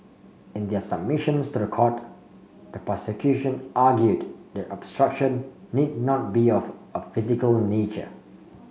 in their submissions to the court the prosecution argued that obstruction need not be of a physical nature